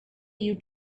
you